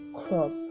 crop